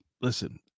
listen